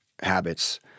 habits